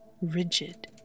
Rigid